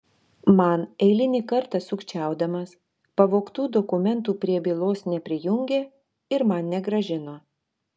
man eilinį kartą sukčiaudamas pavogtų dokumentų prie bylos neprijungė ir man negrąžino